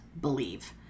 believe